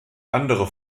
andere